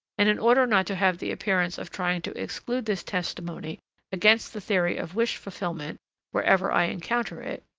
and in order not to have the appearance of trying to exclude this testimony against the theory of wish-fulfillment wherever i encounter it,